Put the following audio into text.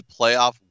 playoff